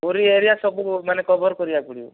Puri area ସବୁ ମାନେ cover କରିବାକୁ ପଡ଼ିବ